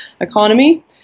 economy